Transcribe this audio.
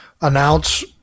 announce